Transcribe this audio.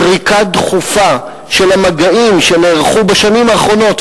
סריקה דחופה של המגעים שנערכו בשנים האחרונות,